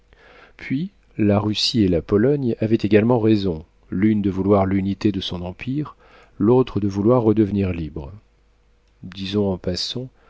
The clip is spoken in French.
puis la russie et la pologne avaient également raison l'une de vouloir l'unité de son empire l'autre de vouloir redevenir libre disons en passant